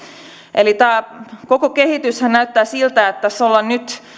eli tämä koko kehityshän näyttää siltä että tässä ollaan nyt